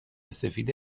سفید